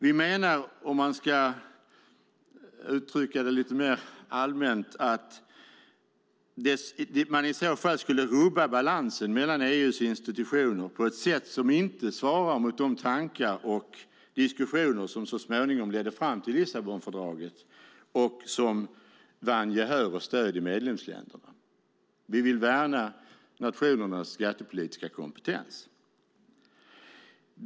Vi menar, om jag ska uttrycka det lite mer allmänt, att man i så fall skulle rubba balansen mellan EU:s institutioner på ett sätt som inte svarar mot de tankar och diskussioner som så småningom ledde fram till Lissabonfördraget och som vann gehör och stöd i medlemsländerna. Vi vill värna nationernas skattepolitiska kompetens.